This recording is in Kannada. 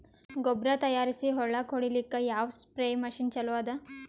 ಗೊಬ್ಬರ ತಯಾರಿಸಿ ಹೊಳ್ಳಕ ಹೊಡೇಲ್ಲಿಕ ಯಾವ ಸ್ಪ್ರಯ್ ಮಷಿನ್ ಚಲೋ ಅದ?